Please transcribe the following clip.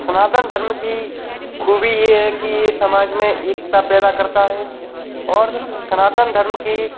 सनातन धर्म की खूबी ये है कि ये समाज में एकता पैदा करता है और सनातन धर्म की